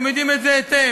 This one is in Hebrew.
אתם יודעים את זה היטב.